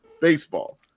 baseball